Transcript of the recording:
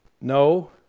No